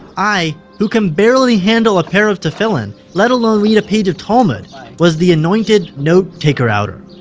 i who can barely handle a pair of tfillin, let alone read a page of talmud was the anointed note taker-outer.